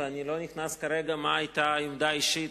ואני לא נכנס כרגע מה היתה העמדה האישית